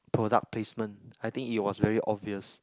product placement I think it was very obvious